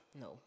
No